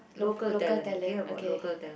local talent okay about local talent